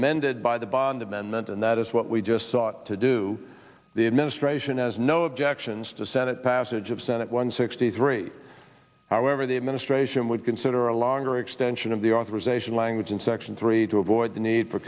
amended by the bond amendment and that is what we just saw to do the administration has no objections to senate passage of senate one sixty three however the administration would consider a longer extension of the authorization language in section three to avoid the need for